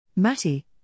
Matty